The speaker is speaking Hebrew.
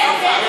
מי ישבה?